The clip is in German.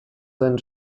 seinen